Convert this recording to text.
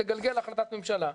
תגלגל החלטת ממשלה'.